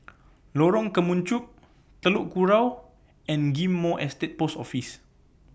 Lorong Kemunchup Telok Kurau and Ghim Moh Estate Post Office